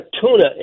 tuna